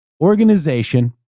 organization